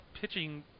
pitching